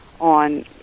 on